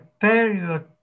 period